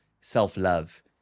self-love